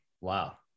Wow